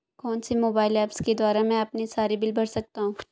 कौनसे mobile apps के द्वारा मैं अपने सारे बिल भर सकता हूं?